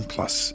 Plus